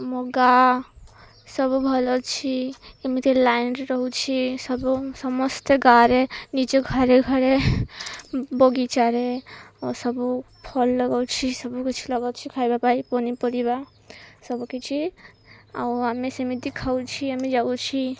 ମୋ ଗାଁ ସବୁ ଭଲ ଅଛି ଏମିତି ଲାଇନ୍ରେ ରହୁଛି ସବୁ ସମସ୍ତେ ଗାଁରେ ନିଜ ଘରେ ଘରେ ବଗିଚାରେ ଓ ସବୁ ଫଲ ଲଗଉଛି ସବୁକିଛି ଲଗାଉଛି ଖାଇବା ପାଇଁ ପନିପରିବା ସବୁ କିିଛି ଆଉ ଆମେ ସେମିତି ଖାଉଛି ଆମେ ଯାଉଛି